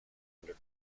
under